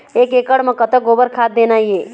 एक एकड़ म कतक गोबर खाद देना ये?